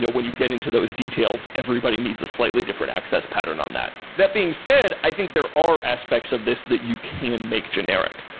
yeah when you get into those details, everybody needs a slightly different access pattern on that. that being said, i think there are aspects of this that you can make generic,